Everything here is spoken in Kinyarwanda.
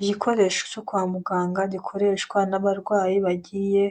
Igikoresho cyo kwa muganga, gikoreshwa n'abarwayi bagiye